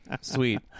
Sweet